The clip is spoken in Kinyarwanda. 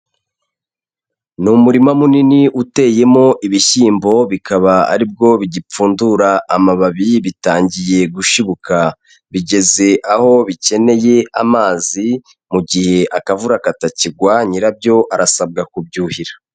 Ni umurima munini uteyemo ibishyimbo bikaba ari bwo bigipfundura amababi bitangiye gushibuka, bigeze aho bikeneye amazi, mu gihe akavura katakigwa nyirabyo arasabwa kubyuhira.